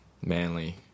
Manly